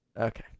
Okay